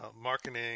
marketing